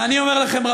ואני אומר לכם,